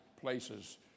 places